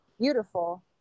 beautiful